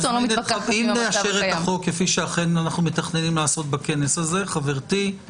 אם נאשר את החוק כפי שאנו מתכננים לעשות בכנסת הזה,